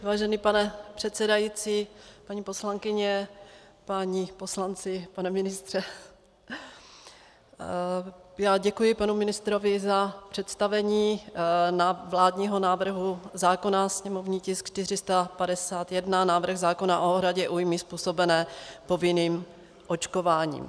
Vážený pane předsedající, paní poslankyně, páni poslanci, pane ministře, já děkuji panu ministrovi za představení vládního návrhu zákona, sněmovní tisk 451, návrh zákona o náhradě újmy způsobené povinným očkováním.